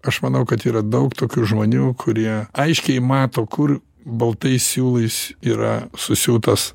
aš manau kad yra daug tokių žmonių kurie aiškiai mato kur baltais siūlais yra susiūtas